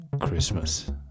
Christmas